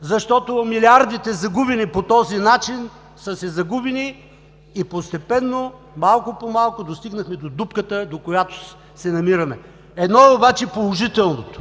защото милиардите загубени по този начин, са си загубени и постепенно, малко по-малко достигнахме до дупката, до която се намираме. Едно е обаче положителното,